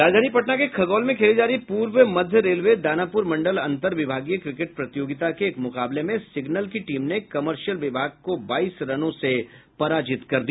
राजधानी पटना के खगौल में खेली जा रही पूर्व मध्य रेलवे दानापूर मंडल अंतर विभागीय क्रिकेट प्रतियोगिता के एक मुकाबले में सिग्नल की टीम ने कमर्सियल विभाग को बाईस रनों से पराजित कर दिया